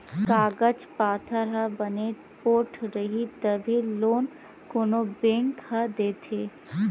कागज पाथर ह बने पोठ रइही तभे लोन कोनो बेंक ह देथे